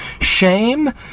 shame